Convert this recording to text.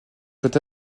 peut